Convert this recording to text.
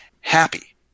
happy